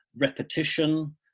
repetition